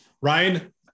Ryan